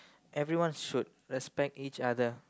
everyone should respect each other